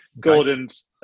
Gordon's